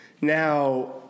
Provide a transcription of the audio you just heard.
Now